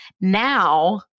Now